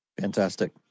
Fantastic